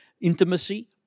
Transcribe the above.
intimacy